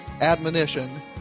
admonition